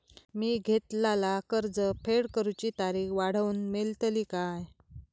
मी घेतलाला कर्ज फेड करूची तारिक वाढवन मेलतली काय?